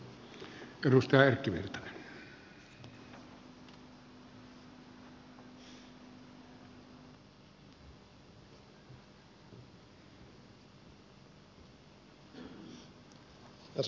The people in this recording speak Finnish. arvoisa puhemies